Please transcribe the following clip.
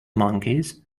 monkeys